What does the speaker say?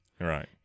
Right